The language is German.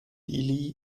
dili